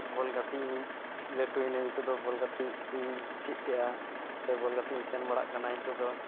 ᱵᱚᱞ ᱜᱟᱛᱮ ᱤᱧ ᱞᱟᱹᱴᱩᱭᱤᱱᱟᱹᱧ ᱱᱤᱛᱳᱜ ᱫᱚ ᱵᱚᱞ ᱜᱟᱛᱮ ᱤᱧ ᱪᱮᱫ ᱠᱮᱜᱼᱟ ᱥᱮ ᱵᱚᱞ ᱜᱟᱛᱮ ᱤᱧ ᱥᱮᱱ ᱵᱟᱲᱟᱜ ᱠᱟᱱᱟ ᱦᱤᱛᱳᱜ ᱫᱚ